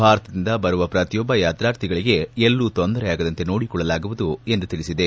ಭಾರತದಿಂದ ಬರುವ ಪ್ರತಿಯೊಬ್ಬ ಯಾತ್ರಾರ್ಥಿಗಳಿಗೆ ಎಲ್ಲೂ ತೊಂದರೆಯಾಗದಂತೆ ನೋಡಿಕೊಳ್ಳಲಾಗುವುದು ಎಂದು ತಿಳಿಸಿದೆ